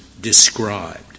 described